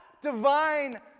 divine